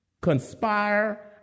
conspire